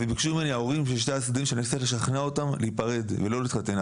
ההורים של שני הצדדים ביקשו ממני שאנסה לשכנע אותם להיפרד ולא להתחתן,